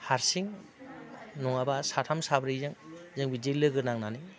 हारसिं नङाब्ला साथाम साब्रैजों जों बिदि लोगो नांनानै